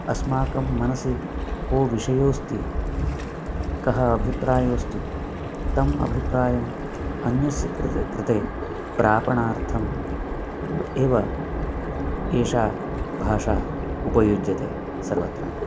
अस्माकं मनसि को विषयोस्ति कः अभिप्रायोस्ति तम् अभिप्रायम् अन्यस्य कृते कृते प्रापणार्थम् एव एषा भाषा उपयुज्यते सर्वत्र